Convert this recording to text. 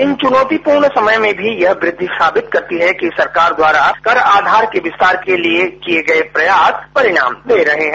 इन चुनौतीपूर्ण समय में भी यह वृद्धि सावित करती है कि सरकार द्वारा कर आधार के विस्तार के लिए किये गये प्रयास परिणाम दे रहे हैं